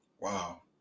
Wow